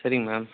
சரிங்க மேம்